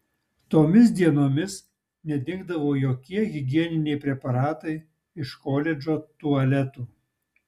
tomis dienomis nedingdavo jokie higieniniai preparatai iš koledžo tualetų